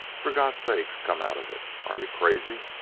for god's sake come out of it! are you crazy?